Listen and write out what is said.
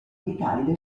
vitali